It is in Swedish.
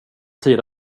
tid